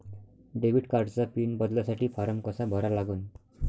Debit कार्डचा PIN बदलासाठी form कसा भरा लागन?